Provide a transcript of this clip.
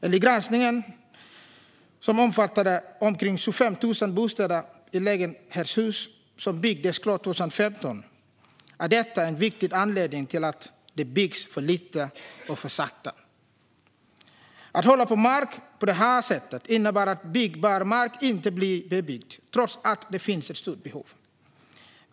Enligt granskningen, som omfattade omkring 25 000 bostäder i lägenhetshus som byggdes klart 2015, är detta en viktig anledning till att det byggs för lite och för sakta. Att hålla på mark på detta sätt innebär att byggbar mark inte blir bebyggd trots att det finns ett stort behov.